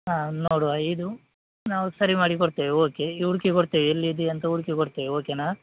ಹಾಂ ನೋಡುವ ಇದು ನಾವು ಸರಿ ಮಾಡಿ ಕೊಡ್ತೇವೆ ಓಕೆ ಈ ಹುಡ್ಕಿ ಕೊಡ್ತೇವೆ ಎಲ್ಲಿದೆ ಅಂತ ಹುಡ್ಕಿ ಕೊಡ್ತೇವೆ ಓಕೆನ